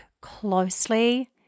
closely